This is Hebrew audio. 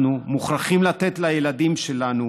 אנחנו מוכרחים לתת לילדים שלנו,